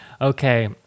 Okay